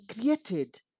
created